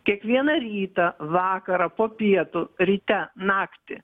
kiekvieną rytą vakarą po pietų ryte naktį